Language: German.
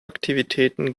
aktivitäten